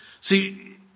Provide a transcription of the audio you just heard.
See